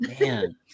Man